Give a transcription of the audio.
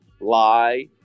lie